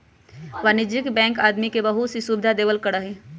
वाणिज्यिक बैंकवन आदमी के बहुत सी सुविधा देवल करा हई